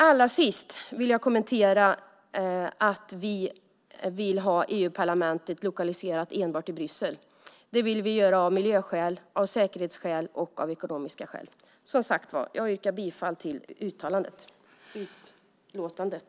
Allra sist vill jag kommentera detta att vi vill ha EU-parlamentet lokaliserat enbart till Bryssel. Det vill vi av miljöskäl, säkerhetsskäl och av ekonomiska skäl. Som sagt var: Jag yrkar bifall till utskottets förslag i utlåtandet.